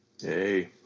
Hey